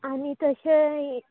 आनी तशें य